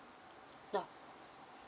no